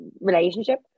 relationship